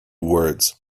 words